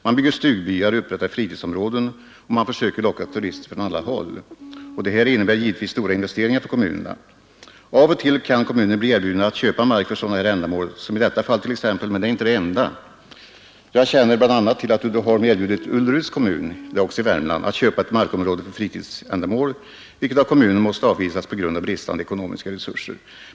Man bygger stugbyar och upprättar verksamhet fritidsområden, och man försöker locka turister från alla håll. Detta innebär givetvis stora investeringar för kommunerna. Av och till kan kommuner bli erbjudna att köpa mark för sådana ändamål som i t.ex. detta fall, vilket inte är det enda. Jag känner bl.a. till att Uddeholms AB erbjudit Ulleruds kommun =— likaledes i Värmland — att köpa ett markområde för fritidsändamål, vilket av kommunen måst avvisas på grund av bristande ekonomiska resurser.